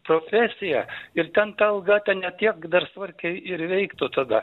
profesija ir ten ta alga ten ne tiek dar smarkiai ir veiktų tada